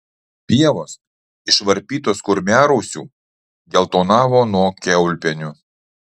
pievos išvarpytos kurmrausių geltonavo nuo kiaulpienių